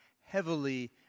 heavily